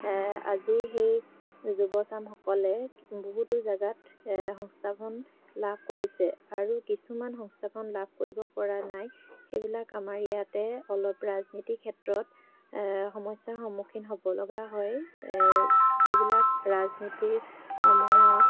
আজি সেই যুৱ চামসকলে বহুতো জেগাত সংস্থাপন লাভ কৰিছে আৰু কিছুমান সংস্থাপন লাভ কৰিব পৰা নাই সেইবিলাক আমাৰ ইয়াতে অলপ ৰাজনীতিৰ ক্ষেত্ৰত সমস্যাৰ সন্মুখীন হ'বলগা হয় যিবিলাক ৰাজনীতি আমাৰ